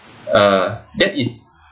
uh that is